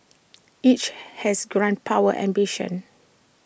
each has grand power ambitions